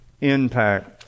impact